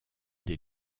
des